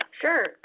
Sure